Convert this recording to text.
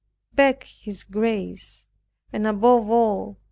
beg his grace and above all,